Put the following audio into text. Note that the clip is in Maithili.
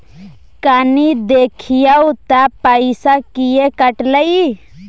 कनी देखियौ त पैसा किये कटले इ?